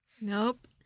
Nope